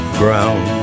ground